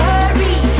Hurry